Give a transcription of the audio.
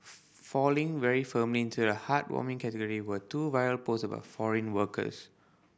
falling very firmly into the heartwarming category were two viral posts about foreign workers